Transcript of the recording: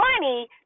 money